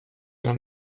ihre